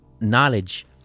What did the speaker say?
knowledge